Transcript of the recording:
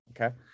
Okay